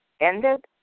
ended